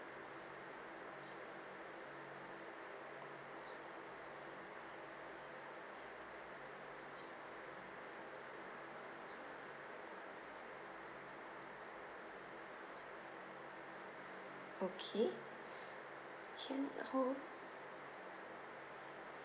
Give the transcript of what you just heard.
okay can hold